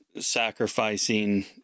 sacrificing